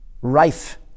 rife